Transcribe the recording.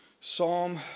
Psalm